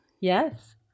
Yes